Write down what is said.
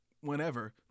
whenever